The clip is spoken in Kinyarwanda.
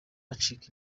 acika